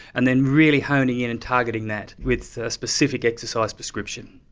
and then really honing in and targeting that with a specific exercise prescription.